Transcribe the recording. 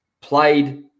played